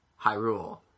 Hyrule